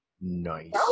Nice